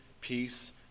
peace